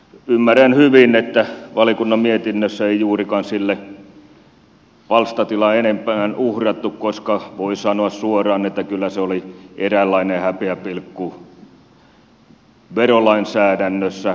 ymmärrän hyvin että valiokunnan mietinnössä ei juurikaan sille palstatilaa enempää uhrattu koska voi sanoa suoraan että kyllä se oli eräänlainen häpeäpilkku verolainsäädännössä